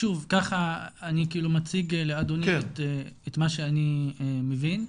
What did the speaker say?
ככה אני מציג לאדוני את מה שאני מבין,